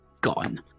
gone